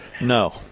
No